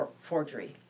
forgery